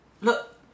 Look